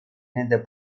nende